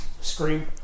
scream